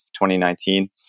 2019